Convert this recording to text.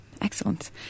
Excellent